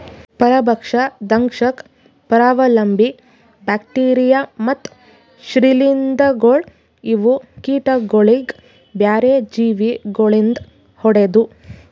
ಪರಭಕ್ಷ, ದಂಶಕ್, ಪರಾವಲಂಬಿ, ಬ್ಯಾಕ್ಟೀರಿಯಾ ಮತ್ತ್ ಶ್ರೀಲಿಂಧಗೊಳ್ ಇವು ಕೀಟಗೊಳಿಗ್ ಬ್ಯಾರೆ ಜೀವಿ ಗೊಳಿಂದ್ ಹೊಡೆದು